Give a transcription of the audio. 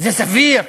זה סביר?